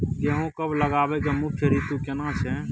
गेहूं कब लगाबै के मुख्य रीतु केना छै?